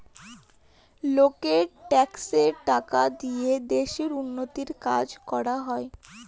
লোকের ট্যাক্সের টাকা দিয়ে দেশের উন্নতির কাজ করা হয়